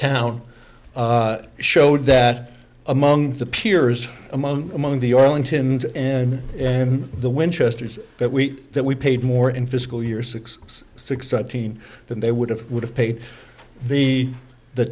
town showed that among the peers among among the arlington and the winchesters that we that we paid more in fiscal year six six thirteen than they would have would have paid the the